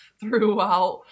throughout